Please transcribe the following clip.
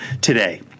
today